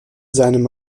seinem